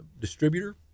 distributor